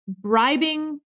bribing